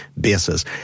basis